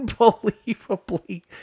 unbelievably